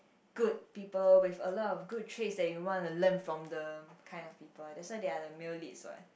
good people with a lot of good traits that you want to learn from them kind of people that's why they are the male leads what